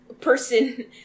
person